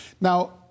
Now